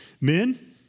men